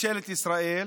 בממשלת ישראל